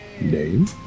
Name